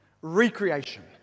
Recreation